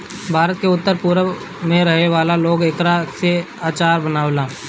भारत के उत्तर पूरब में रहे वाला लोग एकरा से अचार बनावेला